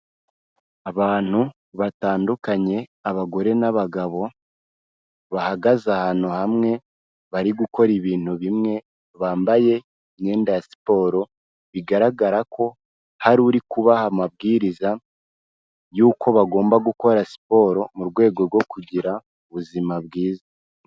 Abantu batandukanye, abagore n'abagabo, bahagaze ahantu hamwe, bari gukora ibintu bimwe, bambaye imyenda ya siporo, bigaragara ko hariri kubaha amabwiriza yuko bagomba gukora siporo mu rwego rwo kugira ubuzima bwiza.